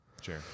sure